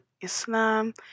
Islam